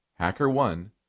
HackerOne